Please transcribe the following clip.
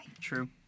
True